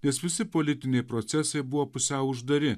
nes visi politiniai procesai buvo pusiau uždari